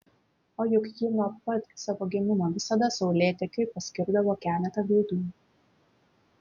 o juk ji nuo pat savo gimimo visada saulėtekiui paskirdavo keletą gaidų